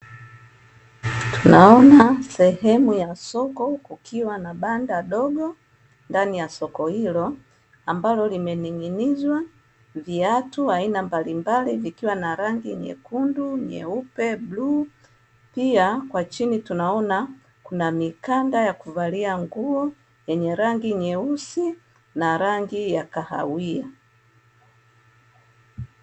Naona sehemu ya soko kukiwa na banda dogo ndani ya soko hilo ambalo limeninginizwa viatu aina mbalimbali vikiwa ina rangi nyekundu, nyeupe, bluu .Pia kwa chini tunaona kuna mikanda ya kuvalia nguo ya rangi nyeusi na kahawia.